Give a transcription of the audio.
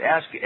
Ask